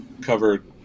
covered